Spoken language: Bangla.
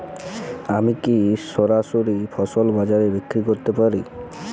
আমি কি সরাসরি ফসল বাজারে বিক্রি করতে পারি?